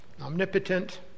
omnipotent